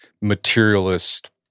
materialist